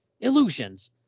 illusions